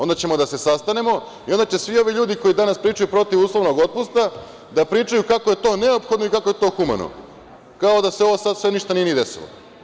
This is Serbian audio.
Onda ćemo da se sastanemo i onda će svi ovi ljudi koji danas pričaju protiv uslovnog otpusta da pričaju kako je to neophodno i kako je to humano, kao da se ovo sad ništa nije ni desilo.